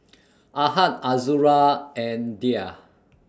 Ahad Azura and Dhia